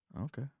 Okay